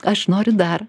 aš noriu dar